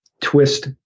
twist